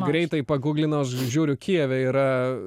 greitai paguglinau aš žiūriu kijeve yra